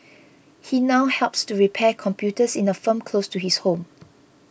he now helps to repair computers in a firm close to his home